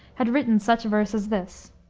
had written such verse as this